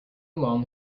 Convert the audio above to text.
long